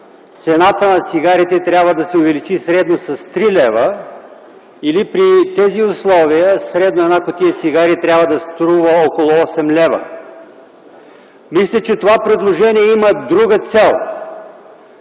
цената на цигарите трябва да се увеличи средно с 3 лв. или при тези условия средно една кутия цигари трябва да струва около 8 лв. Мисля, че това предложение има друга цел.